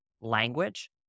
language